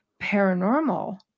paranormal